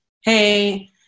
hey